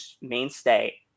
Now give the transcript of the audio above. mainstay